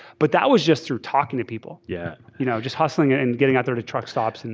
but that was just through talking to people. yeah you know just hustling ah and getting out there to truck stops. and